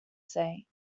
say